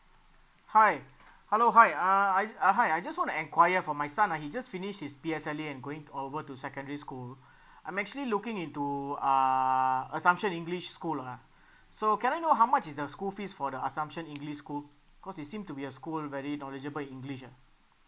hi hello hi uh I uh hi I just want to enquire for my son ah he just finish his P_S_L_A and going over to secondary school I'm actually looking into uh assumption english school lah so can I know how much is the school fees for the assumption english school cause it seem to be a school very knowledgeable english ah